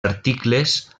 articles